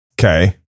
Okay